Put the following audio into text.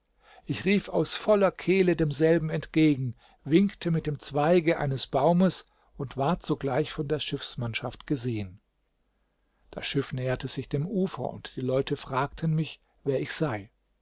ich rief aus voller kehle demselben entgegen winkte mit dem zweige eines baumes und ward sogleich von der schiffsmannschaft gesehen das schiff näherte sich dem ufer und die leute fragten mich wer ich sei